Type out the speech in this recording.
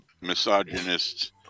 misogynists